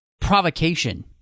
provocation